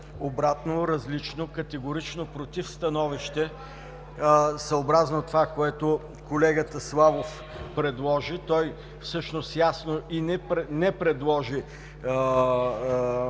обратно, различно, категорично против становище, съобразно това, което колегата Славов предложи. Той всъщност ясно и не предложи